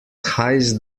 heißt